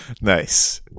Nice